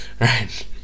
right